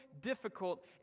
difficult